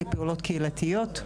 לפעולות קהילתיות,